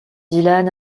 dylan